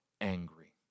Angry